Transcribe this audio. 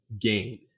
gain